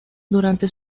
durante